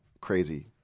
crazy